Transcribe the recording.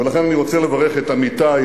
ולכן אני רוצה לברך את עמיתי,